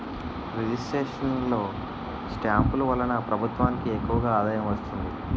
registration లో స్టాంపులు వలన ప్రభుత్వానికి ఎక్కువ ఆదాయం వస్తుంది